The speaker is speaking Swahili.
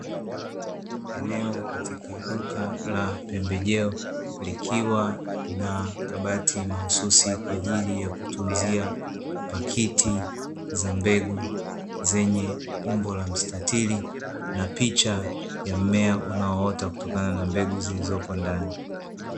Eneo katika duka la pembejeo likiwa na kabati mahususi kwa ajili ya kutunzia pakiti za mbegu zenye umbo la mstatili, na picha ya mmea unaoota kutokana na mbegu zilizopo ndani.